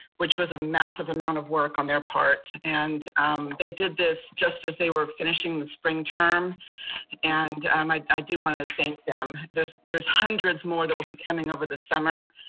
which was a massive amount of work on their part. and they did this just as they were finishing the spring and i did wanna thank them. there's there's hundreds more that will be coming over the summer,